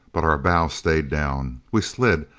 but our bow stayed down. we slid,